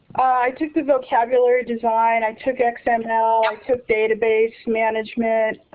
i took the vocabulary design. i took ah um xml. i took database management.